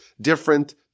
different